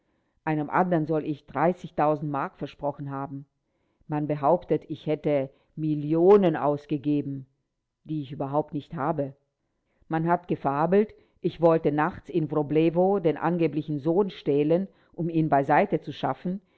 einem anderen soll ich mark versprochen haben man behauptet ich hätte millionen ausgegeben die ich überhaupt nicht habe man hat gefabelt ich wollte nachts in wroblewo den angeblichen sohn stehlen um ihn beiseite zu schaffen